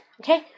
Okay